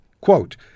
Quote